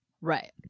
Right